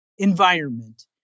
environment